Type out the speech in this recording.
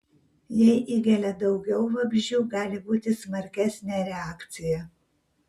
jei įgelia daugiau vabzdžių gali būti smarkesnė reakcija